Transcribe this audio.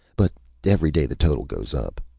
but every day the total goes up.